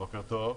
בוקר טוב.